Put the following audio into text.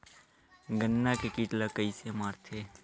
गन्ना के कीट ला कइसे मारथे?